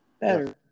better